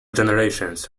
generations